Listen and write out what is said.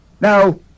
Now